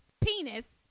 penis